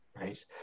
right